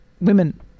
women